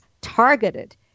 targeted